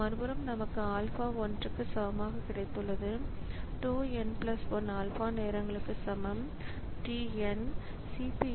மறுபுறம் நமக்கு ஆல்பா 1 க்கு சமமாக கிடைத்துள்ளது tau n 1 ஆல்பா நேரங்களுக்கு சமம் t n